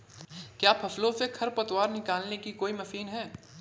क्या फसलों से खरपतवार निकालने की कोई मशीन है?